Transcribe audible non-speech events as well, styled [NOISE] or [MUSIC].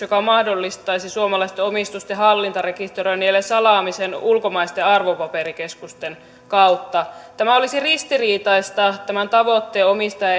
[UNINTELLIGIBLE] joka mahdollistaisi suomalaisten omistusten hallintarekisteröinnin ja niiden salaamisen ulkomaisten arvopaperikeskusten kautta tämä olisi ristiriitaista tämän tavoitteen omistaja [UNINTELLIGIBLE]